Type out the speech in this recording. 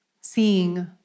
Seeing